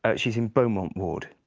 ah she's in beaumont ward.